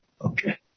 okay